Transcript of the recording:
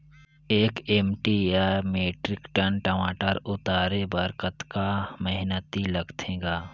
एक एम.टी या metric ton टमाटर उतारे बर कतका मेहनती लगथे ग?